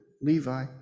Levi